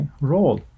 role